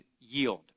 yield